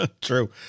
True